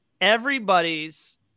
everybody's